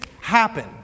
happen